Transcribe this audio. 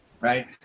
Right